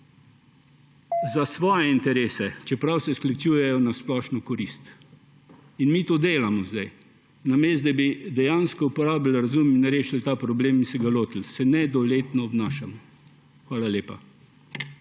za svoje interese, čeprav se sklicujejo na splošno korist. In mi to delamo zdaj, namesto da bi dejansko uporabili razum in rešili ta problem in se ga lotili, se nedoletno obnašamo. Hvala lepa.